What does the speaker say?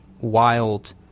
wild